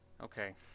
okay